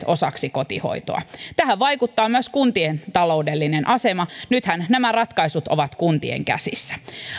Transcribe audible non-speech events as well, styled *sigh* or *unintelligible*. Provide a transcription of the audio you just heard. *unintelligible* osaksi kotihoitoa tähän vaikuttaa myös kuntien taloudellinen asema nythän nämä ratkaisut ovat kuntien käsissä